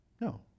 no